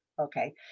okay